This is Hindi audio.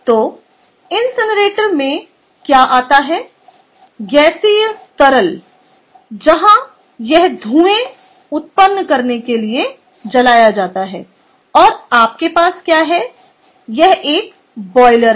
तो इनसिनरेटर में क्या आता ह गैसीय तरल जहां यह धूएं उत्पन्न करने के लिए जलाया जाता है और आपके पास क्या है यह एक बॉयलर है